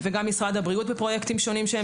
וגם משרד הבריאות בפרויקטים שונים שהם